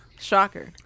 shocker